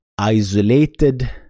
isolated